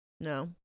No